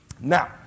Now